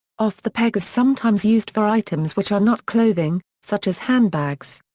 off-the-peg is sometimes used for items which are not clothing, such as handbags.